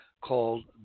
called